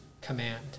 command